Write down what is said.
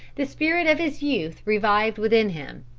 the spirit of his youth revived within him.